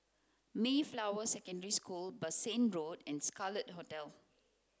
Mayflower Secondary School Bassein Road and Scarlet Hotel